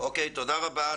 תודה רבה.